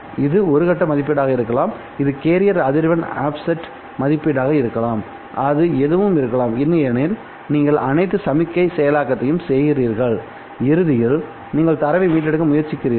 இது கட்ட மதிப்பீடாக இருக்கலாம் இது கேரியர் அதிர்வெண் ஆஃப்செட் மதிப்பீடாக இருக்கலாம் அது எதுவும் இருக்கலாம் இல்லையெனில் நீங்கள் அனைத்து சமிக்ஞை செயலாக்கத்தையும் செய்கிறீர்கள் இறுதியில் நீங்கள் தரவை மீட்டெடுக்க முயற்சிக்கிறீர்கள்